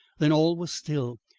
then all was still,